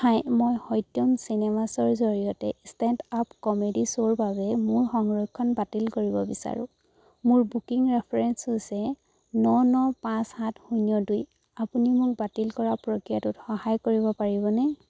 হাই মই সত্যম চিনেমাছৰ জৰিয়তে ষ্টেণ্ড আপ কমেডী শ্ব'ৰ বাবে মোৰ সংৰক্ষণ বাতিল কৰিব বিচাৰো মোৰ বুকিং ৰেফাৰেন্স হৈছে ন ন পাঁচ সাত শূন্য দুই আপুনি মোক বাতিল কৰা প্ৰক্ৰিয়াটোত সহায় কৰিব পাৰিবনে